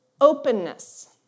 openness